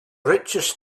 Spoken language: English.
richest